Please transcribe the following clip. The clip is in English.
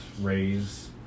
raise